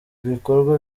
bikorwa